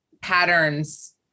patterns